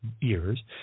years